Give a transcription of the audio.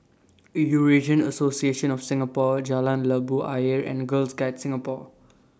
Eurasian Association of Singapore Jalan Labu Ayer and Girl Guides Singapore